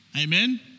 Amen